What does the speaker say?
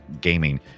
gaming